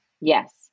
Yes